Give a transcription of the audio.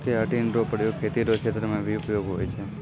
keratin रो प्रयोग खेती रो क्षेत्र मे भी उपयोग हुवै छै